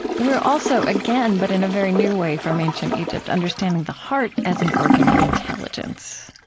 we're also, again, but in a very new way from ancient egypt, understanding the heart as an organ of intelligence.